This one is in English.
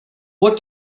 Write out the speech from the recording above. what